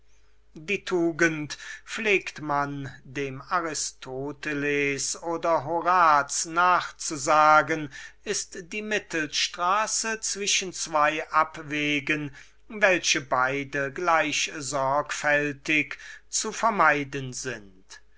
die tugend pflegt man dem horaz nachzusagen ist die mittelstraße zwischen zween abwegen welche beide gleich sorgfältig zu vermeiden sind